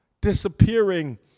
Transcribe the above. disappearing